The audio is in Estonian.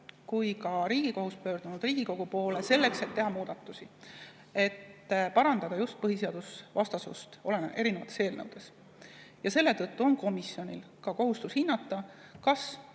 kui ka Riigikohus pöördunud Riigikogu poole, et teha muudatusi, parandada just põhiseadusvastasust erinevates eelnõudes. Selle tõttu on komisjonil kohustus hinnata, kas